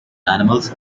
animals